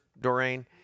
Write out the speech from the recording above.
Doreen